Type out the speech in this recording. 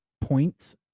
points